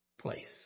place